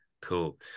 cool